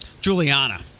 Juliana